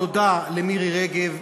תודה למירי רגב,